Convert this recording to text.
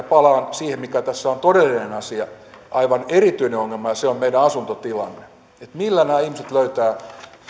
palaan siihen mikä tässä on todellinen asia aivan erityinen ongelma ja se on meidän asuntotilanteemme että millä nämä ihmiset löytävät